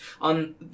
On